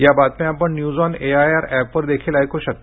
या बातम्या आपण न्यूज ऑन एआयआर ऍपवर देखील ऐकू शकता